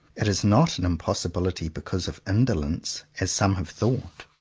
it is not an impossibility because of indolence, as some have thought.